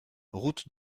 route